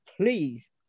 please